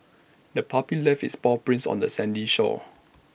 the puppy left its paw prints on the sandy shore